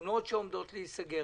ושכונות שעומדות להיסגר,